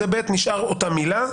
זה (ב), נשארת אותה מילה.